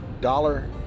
dollar